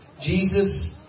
Jesus